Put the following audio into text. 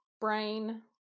brain